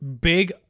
big